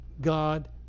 God